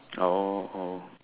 oh oh